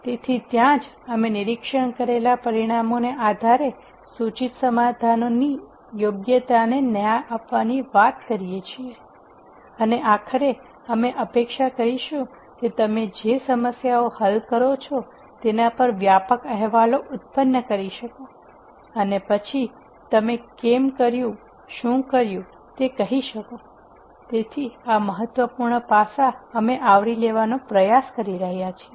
તેથી ત્યાં જ અમે નિરીક્ષણ કરેલા પરિણામોના આધારે સૂચિત સમાધાનની યોગ્યતાને ન્યાય આપવાની વાત કરીએ છીએ અને આખરે અમે અપેક્ષા કરીશું કે તમે જે સમસ્યાઓ હલ કરો છો તેના પર વ્યાપક અહેવાલો ઉત્પન્ન કરી શકો અને પછી તમે કેમ કર્યું શું કર્યું તે કહી શકો તેથી આ મહત્વપૂર્ણ પાસા અમે આવરી લેવાનો પ્રયાસ કરી રહ્યા છીએ